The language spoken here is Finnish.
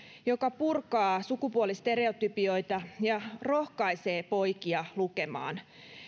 joka purkaa sukupuolistereotypioita ja rohkaisee poikia lukemaan